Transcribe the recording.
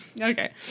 Okay